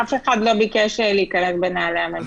אף אחד לא ביקש להיכנס לנעלי הממשלה,